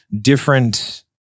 different